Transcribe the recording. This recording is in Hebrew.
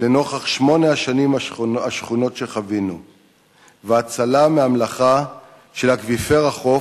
לנוכח שמונה השנים השחונות שחווינו והצלה מהמלחה של אקוויפר החוף,